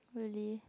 really